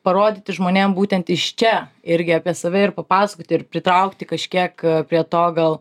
parodyti žmonėm būtent iš čia irgi apie save ir papasakoti ir pritraukti kažkiek prie to gal